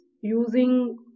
using